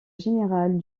générale